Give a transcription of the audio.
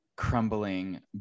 crumbling